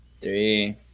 Three